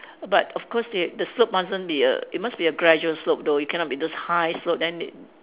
but of course they the slope mustn't be a it must be a gradual slope though it cannot be those high slope then it